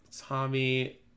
tommy